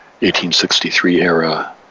1863-era